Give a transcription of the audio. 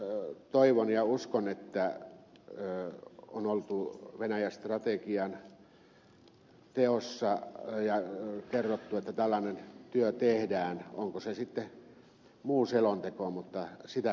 minä toivon ja uskon että on oltu venäjä strategian teossa ja kerrottu että tällainen työ tehdään onko se sitten muu selonteko mutta sitä